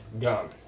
Gone